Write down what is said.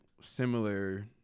similar